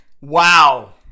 Wow